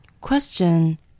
Question